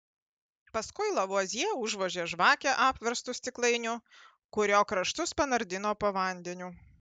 paskui lavuazjė užvožė žvakę apverstu stiklainiu kurio kraštus panardino po vandeniu